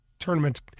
Tournaments